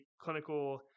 clinical